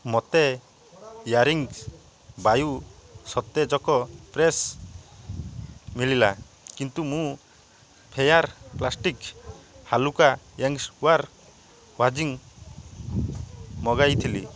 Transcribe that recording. ମୋତେ ୟାରିଙ୍ଗସ୍ ବାୟୁ ସତେଜକ ପ୍ରେସ୍ ମିଳିଲା କିନ୍ତୁ ମୁଁ ଫେୟାର୍ ପ୍ଲାଷ୍ଟିକ୍ ହାଲୁକା ୟାଙ୍ଗସ୍ ୱାର୍ ୱାଜିଂ ମଗାଇଥିଲି